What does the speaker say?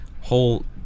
whole